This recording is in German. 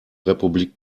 republik